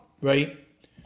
right